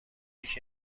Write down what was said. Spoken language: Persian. پیش